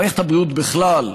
מערכת הבריאות בכלל,